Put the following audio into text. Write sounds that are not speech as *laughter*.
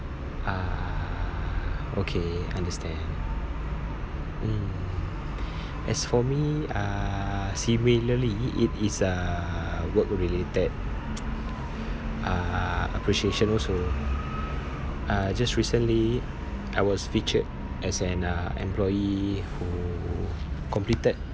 ah okay understand mm as for me uh similarly it is uh work related *noise* uh appreciation also uh just recently I was featured as an uh employee who completed